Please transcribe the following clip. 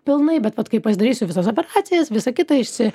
pilnai bet vat kai pasidarysiu visas operacijas visą kitą išsi